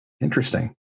Interesting